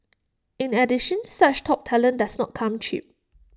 in addition such top talent does not come cheap